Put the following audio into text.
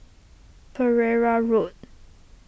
Pereira Road